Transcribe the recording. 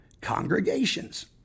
congregations